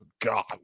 god